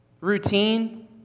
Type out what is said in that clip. Routine